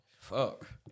Fuck